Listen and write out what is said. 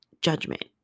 judgment